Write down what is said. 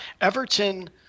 everton